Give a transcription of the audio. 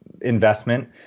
investment